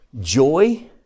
joy